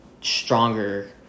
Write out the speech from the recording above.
stronger